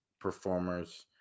performers